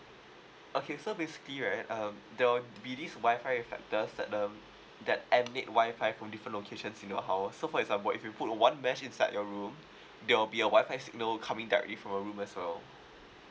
okay so basically right um there will be this WI-FI reflectors that um that emit WI-FI from different locations in your house so for example if you put one mesh inside your room there'll be a WI-FI signal coming directly from your room as well